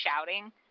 shouting